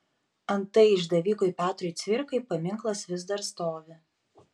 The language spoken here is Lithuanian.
antai išdavikui petrui cvirkai paminklas vis dar stovi